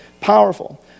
powerful